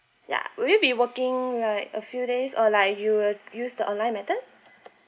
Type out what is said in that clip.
yeah will you be working like a few days or like you will use the online method